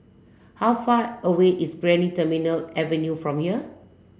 how far away is Brani Terminal Avenue from here